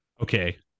Okay